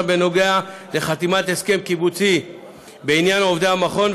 בנוגע לחתימת הסכם קיבוצי בעניין עובדי המכון,